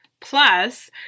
Plus